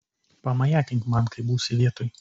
pamajakink man kai būsi vietoj